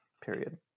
period